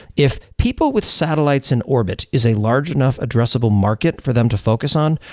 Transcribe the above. if people with satellites in orbit is a large enough addressable market for them to focus on,